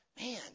Man